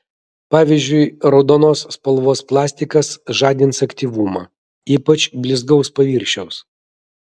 pavyzdžiui raudonos spalvos plastikas žadins aktyvumą ypač blizgaus paviršiaus